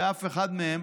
באף אחד מהם